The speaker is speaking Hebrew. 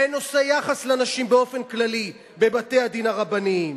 בנושא יחס לנשים באופן כללי בבתי-הדין הרבניים.